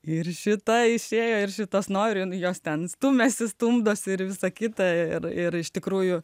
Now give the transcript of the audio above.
ir šita išėjo tas nori jos ten stumiasi stumdosi ir visa kita ir ir iš tikrųjų